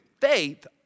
faith